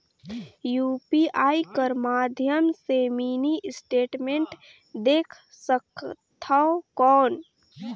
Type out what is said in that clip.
UPI कर माध्यम से मिनी स्टेटमेंट देख सकथव कौन?